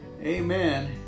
amen